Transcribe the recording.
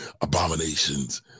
abominations